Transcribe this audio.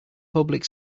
public